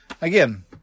again